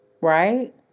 right